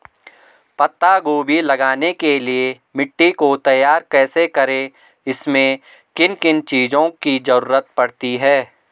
पत्ता गोभी लगाने के लिए मिट्टी को तैयार कैसे करें इसमें किन किन चीज़ों की जरूरत पड़ती है?